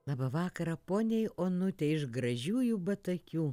labą vakarą poniai onutei iš gražiųjų batakių